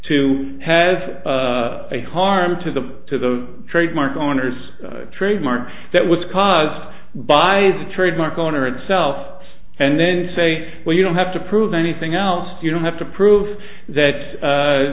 has a harm to the to the trademark owner's trademark that was caused by the trademark owner itself and then say well you don't have to prove anything else you don't have to prove that